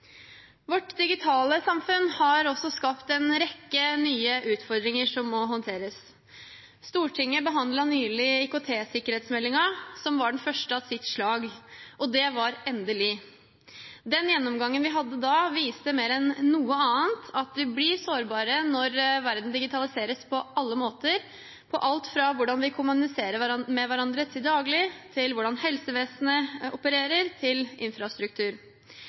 Vårt digitale samfunn har også skapt en rekke nye utfordringer som må håndteres. Stortinget behandlet nylig IKT-sikkerhetsmeldingen, som var den første i sitt slag – endelig. Den gjennomgangen vi hadde da, viste mer enn noe annet at vi blir sårbare når verden digitaliseres på alle måter – fra hvordan vi kommuniserer med hverandre til daglig, til hvordan helsevesenet opererer og til infrastruktur.